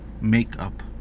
makeup